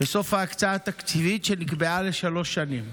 בסוף ההקצאה התקציבית שנקבעה לשלוש שנים.